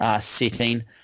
setting